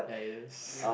ya it is